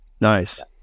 Nice